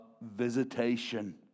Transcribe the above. visitation